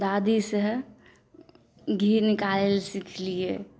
दादीसँ घी निकालय लए सिखलियै